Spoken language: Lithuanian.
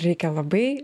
reikia labai